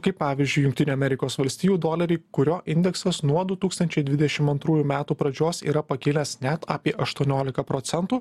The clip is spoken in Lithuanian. kaip pavyzdžiui jungtinių amerikos valstijų dolerį kurio indeksas nuo du tūkstančiai dvidešim antrųjų metų pradžios yra pakilęs net apie aštuoniolika procentų